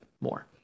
more